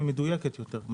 מדויקת יותר.